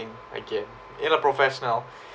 again you know professional